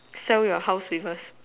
sell your house with us